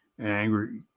angry